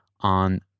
on